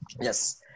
Yes